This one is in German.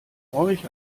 euch